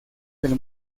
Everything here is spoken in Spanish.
del